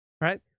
right